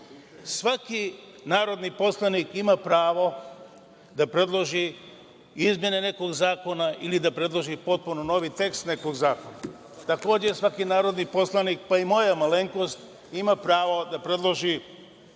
narodni poslanik ima pravo da predloži izmene nekog zakona ili da predloži potpuno novi tekst nekog zakona. Takođe, svaki narodni poslanik, pa i moja malenkost, ima pravo da predloži